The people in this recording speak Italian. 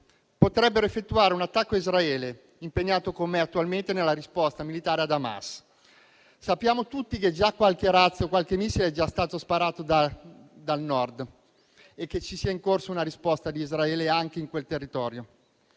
potrebbero effettuare un attacco ad Israele, impegnato com'è attualmente nella risposta militare ad Hamas. Sappiamo tutti che qualche razzo, qualche missile, è già stato sparato dal Nord e che è in corso una risposta di Israele anche in quel territorio.